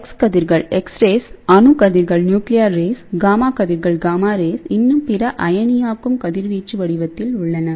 X கதிர்கள் அணு கதிர்கள் காமா கதிர்கள் இன்னும் பிற அயனியாக்கும் கதிர்வீச்சு வடிவத்தில் உள்ளன